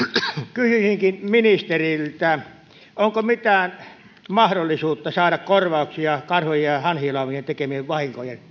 kysyisinkin ministeriltä onko mitään mahdollisuutta saada korvauksia karhujen ja hanhilaumojen tekemien vahinkojen